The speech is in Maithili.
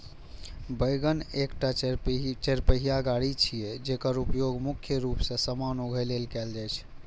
वैगन एकटा चरपहिया गाड़ी छियै, जेकर उपयोग मुख्य रूप मे सामान उघै लेल कैल जाइ छै